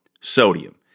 sodium